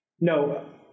no